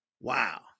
Wow